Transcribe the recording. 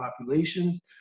populations